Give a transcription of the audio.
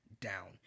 down